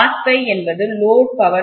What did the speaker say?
என்பது load power factor